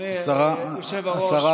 אדוני היושב-ראש,